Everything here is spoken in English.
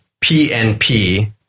PNP